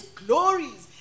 glories